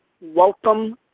welcome